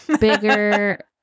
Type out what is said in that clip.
Bigger